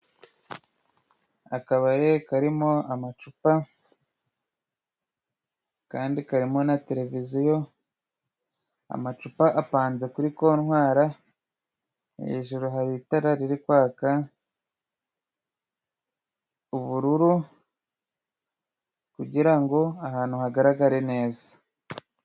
Akabari karimo amacupa kandi karimo na televiziyo, amacupa apanze kuri kontwara, hejuru hari itara riri kwaka ubururu kugira ngo ahantu hagaragare neza.